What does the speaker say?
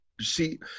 See